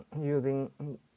using